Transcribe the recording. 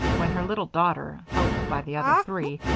when her little daughter, helped by the other three,